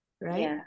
right